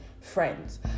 friends